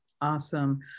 awesome